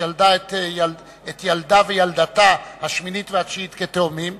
שילדה את ילדה וילדתה השמיני והתשיעית כתאומים,